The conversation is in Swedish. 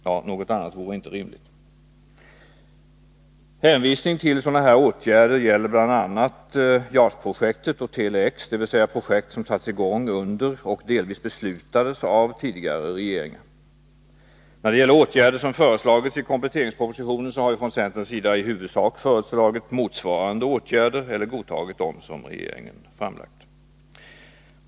Ja, något annat vore inte rimligt. Hänvisningen till sådana åtgärder gäller bl.a. JAS-projektet och Tele-X, dvs. projekt som satts i gång under och delvis beslutats av tidigare regeringar. När det gäller åtgärder som föreslagits i kompletteringspropositionen har vi från centerns sida i huvudsak föreslagit motsvarande åtgärder eller anslutit oss till dem som regeringen framlagt.